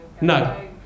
No